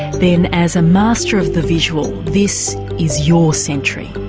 then as a master of the visual this is your century.